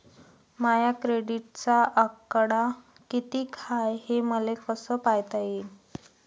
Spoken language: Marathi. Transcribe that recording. माया क्रेडिटचा आकडा कितीक हाय हे मले कस पायता येईन?